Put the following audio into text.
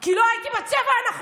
כי לא הייתי בצבע הנכון.